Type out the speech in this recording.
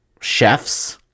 chefs